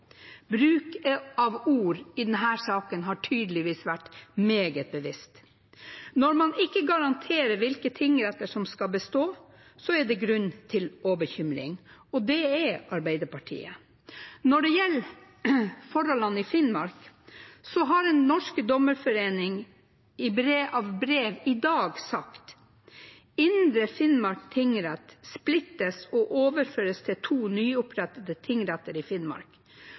Bruk av ord i denne saken har tydeligvis vært meget bevisst. Når man ikke garanterer hvilke tingretter som skal bestå, er det også grunn til å være bekymret, og det er Arbeiderpartiet. Når det gjelder forholdene i Finnmark, har Den norske dommerforening i brev av i dag sagt: Indre Finnmark tingrett splittes og overføres til to nyopprettede tingretter i Finnmark.